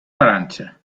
francia